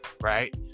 right